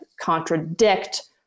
contradict